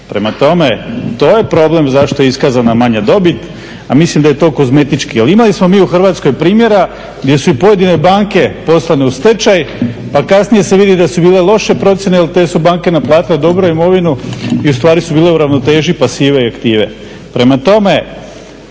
prema tome to je problem zašto je iskazana manja dobit ali mislim daje to kozmetički. Ali imali smo mi u Hrvatskoj primjera gdje su i pojedine banke poslane u stečaj pa kasnije se vidi da su bile loše procjene jel te su banke naplatile dobro imovinu i ustvari su bile u ravnoteži pasive i aktive. Prema tome,